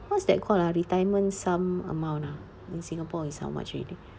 what's that called ah retirement sum amount ah in singapore is how much already